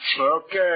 Okay